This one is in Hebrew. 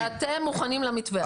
ואתם מוכנים למתווה הזה?